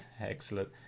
Excellent